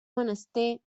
menester